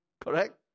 Correct